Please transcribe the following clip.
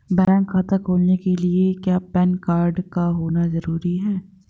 Bank खाता खोलने के लिए क्या पैन कार्ड का होना ज़रूरी है?